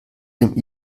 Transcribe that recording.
dem